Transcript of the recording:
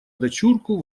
дочурку